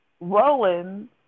Roland